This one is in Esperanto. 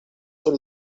sur